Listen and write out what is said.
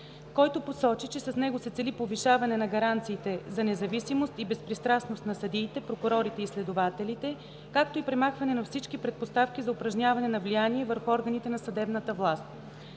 който посочи, че с него се цели повишаване на гаранциите за независимост и безпристрастност на съдиите, прокурорите и следователите, както и премахване на всички предпоставки за упражняване на влияние върху органите на съдебната власт.